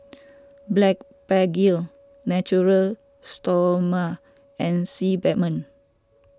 Blephagel Natura Stoma and Sebamed